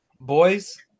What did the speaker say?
boys